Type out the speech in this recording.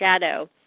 shadow